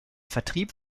vertrieb